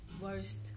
Worst